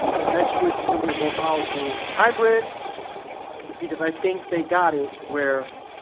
the next switch is gonna be a more powerful hybrid because i think they got it where?